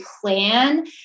plan